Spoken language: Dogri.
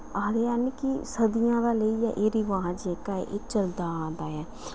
आखदे हैन कि सदियां पैह्लें एह् रवाज जेह्का ऐ एह् चलदा आवा करदा ऐ